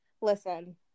listen